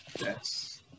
yes